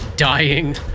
Dying